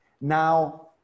Now